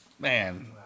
Man